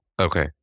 Okay